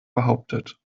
behauptet